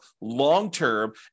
long-term